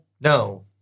No